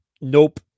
Nope